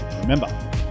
Remember